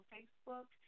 Facebook